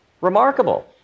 remarkable